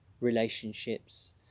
relationships